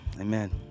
amen